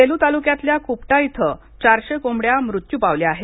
सेलू तालुक्यातल्या कूपटा इथं चारशे कोंबड्या मृत्यू पावल्या आहेत